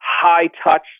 high-touch